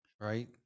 Right